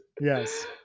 Yes